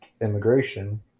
immigration